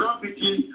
gravity